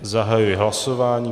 Zahajuji hlasování.